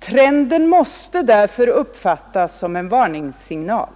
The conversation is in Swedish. Trenden måste därför uppfattas som en varningssignal.